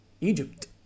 Egypt